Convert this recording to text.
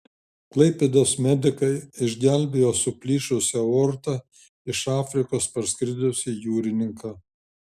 klaipėdos medikai išgelbėjo su plyšusia aorta iš afrikos parskridusį jūrininką